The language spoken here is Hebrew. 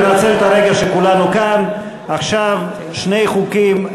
ננצל את הרגע שכולנו כאן: עכשיו שני חוקים,